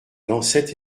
lancette